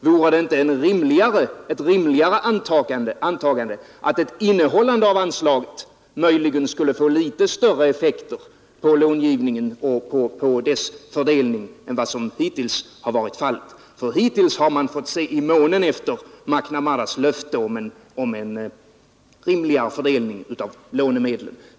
Vore det inte ett rimligare antagande att ett innehållande av anslaget möjligen skulle få litet större effekter på långivningen och dess fördelning än som hittills varit fallet? Hittills har man fått se i månen efter McNamaras löfte om en rimligare fördelning av lånemedlen.